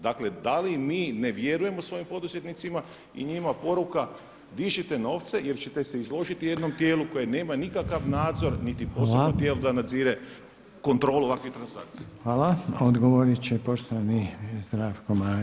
Dakle da li mi ne vjerujemo svojim poduzetnicima i njima poruka, dižite novce jel ćete se izložiti jednom tijelu koje nema nikakav nadzor niti posebno tijelo da nazire kontrolu ovakvih transakcija.